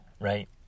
right